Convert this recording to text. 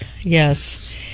yes